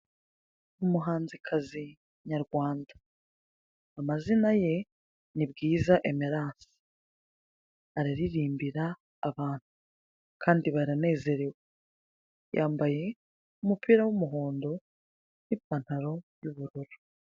Umuhanzikazi nyarwanda amazina ye ni Bwiza emelanse. Araririmbira abantu kandi baranezerewe. Yambaye umupira w'umuhondo, n'ipantaro y'ubururu.